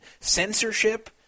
censorship